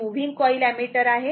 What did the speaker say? A1 हे moving coil ammeter आहे